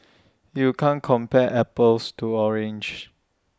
you can't compare apples to oranges